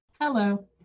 hello